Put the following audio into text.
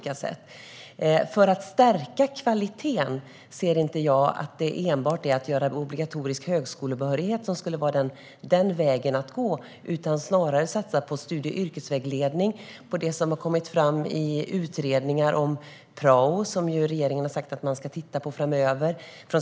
Jag ser inte att enbart obligatorisk högskolebehörighet skulle vara vägen att gå för att stärka kvaliteten. Man bör snarare satsa på studie och yrkesvägledning och på det som har kommit fram i utredningar om till exempel prao, som regeringen har sagt att man ska titta på framöver.